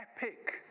epic